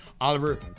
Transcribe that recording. Oliver